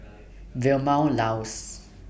Vilma Laus